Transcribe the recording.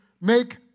make